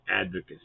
advocacy